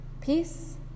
peace